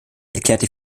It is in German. erklärte